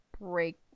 break